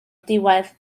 diwedd